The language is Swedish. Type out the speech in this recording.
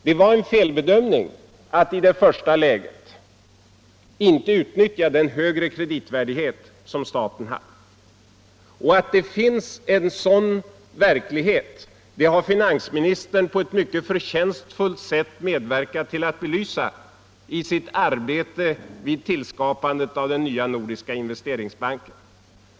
Det var en felbedömning att i det första läget inte utnyttja den högre kreditvärdighet som staten hade. Att det finns en sådan verklighet har finansministern på ett mycket förtjänstfullt sätt medverkat till att belysa i sitt arbete vid tillskapandet av den nya nordiska investeringsbanken.